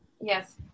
Yes